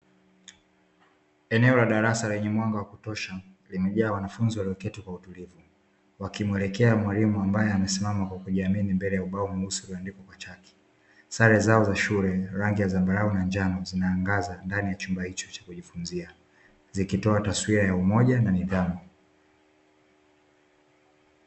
Eneo la darasa lenye mwanga wa kutosha, limejaa wanafunzi walioketi kwa utulivu wakimuelekea mwalimu ambae amesimama kwa kujiamini mbele ya ubao mweusi uliondikwa kwa chaki. Sare zao za shule rangi ya zambarau na njano zinaaangaza ndani ya chumba hicho cha kujifunzia, zikitoa taswira ya umoja na nidhamu.